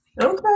Okay